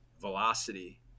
velocity